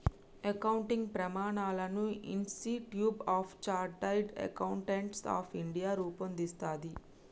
accounting ప్రమాణాలను institute of chartered accountants of India రూపొందిస్తది